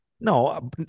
No